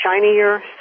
shinier